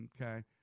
Okay